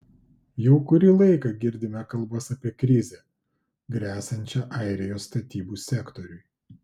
jau kurį laiką girdime kalbas apie krizę gresiančią airijos statybų sektoriui